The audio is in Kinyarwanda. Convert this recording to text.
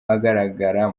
agaragara